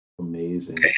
Amazing